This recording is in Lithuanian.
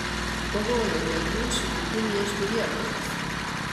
kovojau dėl jų su kitų miestų vierchais